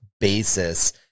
basis